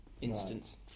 instance